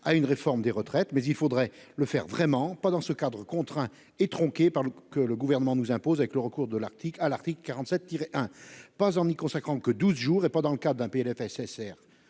à une réforme des retraites mais il faudrait le faire vraiment pas dans ce cadre contraint est tronqué par le que le gouvernement nous impose avec le recours de l'Arctique à l'article 47 tirer hein pas en y consacrant que 12 jours et pas dans le cas d'un PLFSSR.